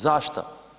Zašto?